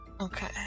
Okay